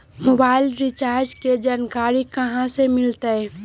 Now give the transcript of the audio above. Mobile recharge के जानकारी कहा से मिलतै?